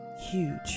huge